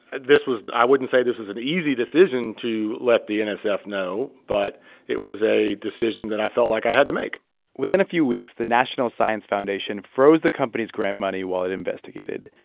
this was i wouldn't say this was an easy decision to let the and nsf know, but it was a decision that i felt like i had to make within a few weeks, the national science foundation froze the company's grant money while it investigated.